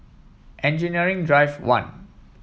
Engineering Drive One